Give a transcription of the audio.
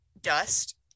Dust